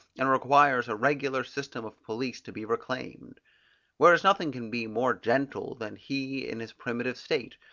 and requires a regular system of police to be reclaimed whereas nothing can be more gentle than he in his primitive state,